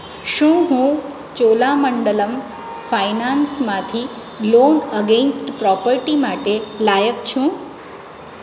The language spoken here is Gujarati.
શું હું ચોલામંડલમ ફાયનાન્સમાંથી લોન અગેન્સ્ટ પ્રોપર્ટી માટે લાયક છું